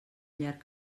llarg